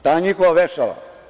Ta njihova vešala.